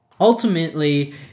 Ultimately